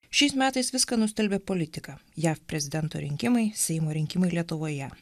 šiais metais viską nustelbė politika jav prezidento rinkimai seimo rinkimai lietuvoje